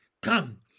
come